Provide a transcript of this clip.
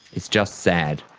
it's just sad.